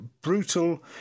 brutal